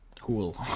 Cool